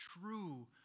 true